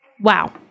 Wow